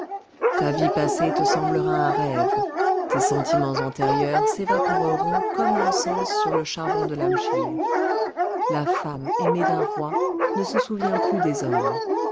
ta vie passée te semblera un rêve tes sentiments antérieurs s'évaporeront comme l'encens sur le charbon de l'amschir la femme aimée d'un roi ne se souvient plus des hommes